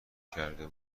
کرده